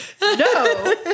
No